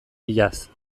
iaz